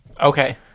Okay